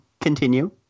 continue